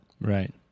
Right